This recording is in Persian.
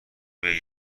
روی